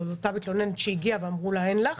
אותה מתלוננת שהגיעה ואמרו לה: אין לך.